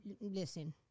Listen